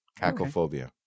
Cacophobia